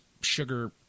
sugar